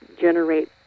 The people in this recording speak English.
generate